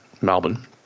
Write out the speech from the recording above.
Melbourne